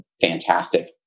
fantastic